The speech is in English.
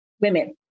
women